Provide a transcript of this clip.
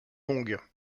longues